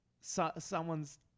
someone's